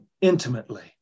intimately